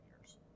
years